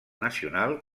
nacional